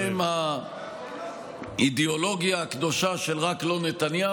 בשם האידיאולוגיה הקדושה של "רק לא נתניהו".